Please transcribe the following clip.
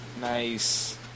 Nice